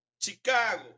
Chicago